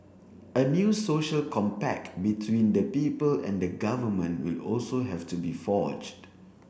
a new social compact between the people and the government will also have to be forged